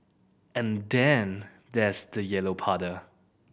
and then there's the yellow puddle